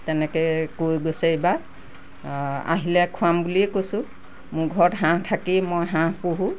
তেনেকৈ কৈ গৈছে এইবাৰ আহিলে খুৱাম বুলিয়ে কৈছোঁ মোৰ ঘৰত হাঁহ থাকেই মই হাঁহ পোহো